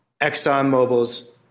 ExxonMobil's